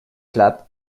club